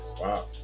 Wow